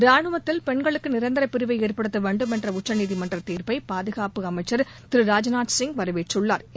ராணுவத்தில் பெண்களுக்கு நிரந்தர பிரிவை ஏற்படுத்த வேண்டும் என்ற உச்சநீதிமன்ற தீாப்பை பாதுகாப்பு அமைச்சா் திரு ராஜ்நாத் சிங் வரவேற்றுள்ளாா்